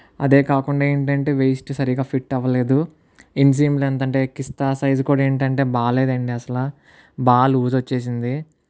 అదే కాకుండా ఏంటంటే వేస్ట్ సరిగా ఫిట్ అవలేదు ఇంసియం లెంత్ ఏంటంటే కిస్తా సైజ్ కూడా ఏంటంటే బాగా లేదండి అసలు బాగా లూజ్ వచ్చేసింది